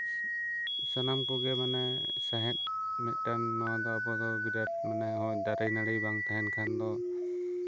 ᱥᱟᱱᱟᱢ ᱠᱚᱜᱮ ᱢᱟᱱᱮ ᱥᱟᱦᱮᱫᱢᱤᱫᱴᱟᱝ ᱱᱚᱣᱟ ᱫᱚ ᱟᱵᱚ ᱫᱚ ᱵᱤᱨᱟᱴ ᱢᱟᱱᱮ ᱫᱟᱨᱮ ᱱᱟᱲᱤ ᱵᱟᱝ ᱛᱟᱦᱮᱱ ᱠᱷᱟᱱ ᱫᱚ